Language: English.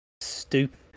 stupid